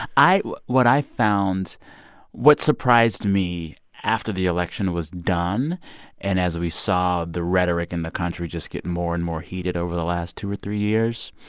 i what i found what surprised me after the election was done and as we saw the rhetoric in the country just get more and more heated over the last two or three years,